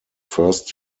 first